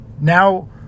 now